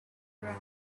wrong